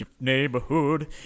neighborhood